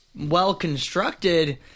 well-constructed